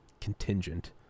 contingent